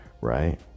right